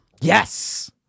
Yes